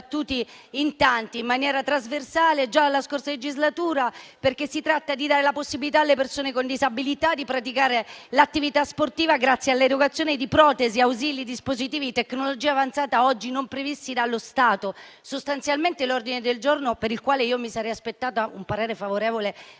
in tanti in maniera trasversale. Si tratta di dare la possibilità alle persone con disabilità di praticare l'attività sportiva grazie all'erogazione di protesi, ausili e dispositivi di tecnologia avanzata oggi non previsti dallo Stato. Sostanzialmente l'ordine del giorno, per il quale mi sarei aspettata un parere favorevole a